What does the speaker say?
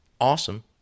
Awesome